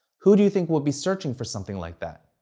who do you think would be searching for something like that?